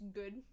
good